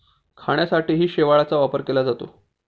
खाण्यासाठीही शेवाळाचा वापर केला जातो